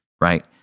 right